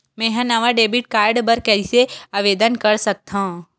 मेंहा नवा debit card बर कैसे आवेदन कर सकथव?